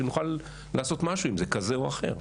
כדי שנוכל לעשות עם זה משהו כזה או אחר.